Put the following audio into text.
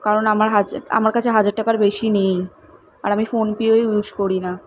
কারণ আমার কাছে আমার কাছে হাজার টাকার বেশি নেই আর আমি ফোনপেও ইউস করি না